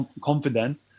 confident